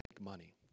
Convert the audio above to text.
money